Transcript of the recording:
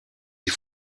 die